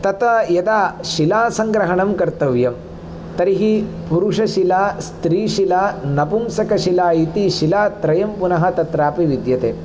तत् यदा शिलासङ्ग्रहणं कर्तव्यं तर्हि पुरुषशिला स्त्रीशिला नपुंसकशिला इति शिलात्रयं पुनः तत्रापि विद्यते